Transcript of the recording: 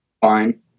fine